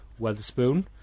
Weatherspoon